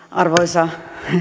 arvoisa